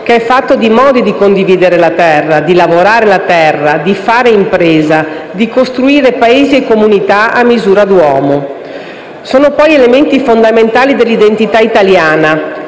che è fatto di modi di condividere la terra, di lavorarla, di fare impresa, di costruire paesi e comunità a misura d'uomo. Essi sono poi elementi fondamentali dell'identità italiana,